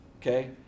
Okay